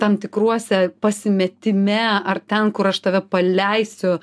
tam tikruose pasimetime ar ten kur aš tave paleisiu